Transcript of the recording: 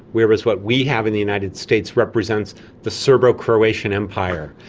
whereas what we have in the united states represents the serbo-croatian empire.